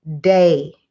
day